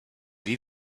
wie